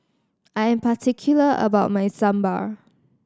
I am particular about my Sambar